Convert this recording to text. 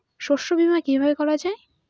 শস্য বীমা কিভাবে করা যায়?